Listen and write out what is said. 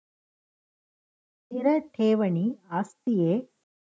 ಸ್ಥಿರ ಠೇವಣಿ ಆಸ್ತಿಯೇ?